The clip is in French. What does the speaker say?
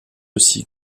aussi